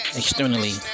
externally